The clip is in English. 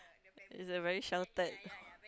is a very sheltered